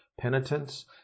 penitence